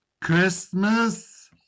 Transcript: Christmas